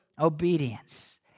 obedience